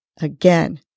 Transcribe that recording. Again